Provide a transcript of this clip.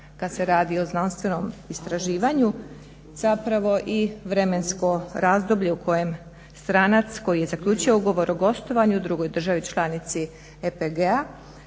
kad se radi o znanstvenom istraživanju, zapravo i vremensko razdoblje u kojem stranac koji je zaključio ugovor o gostovanju u drugoj državi članici EPG-a